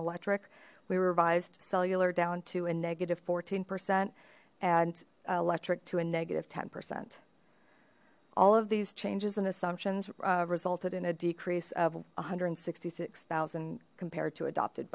electric we revised cellular down to a negative fourteen percent and electric to a negative ten percent all of these changes and assumptions resulted in a decrease of one hundred and sixty six thousand compared to adopted